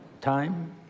time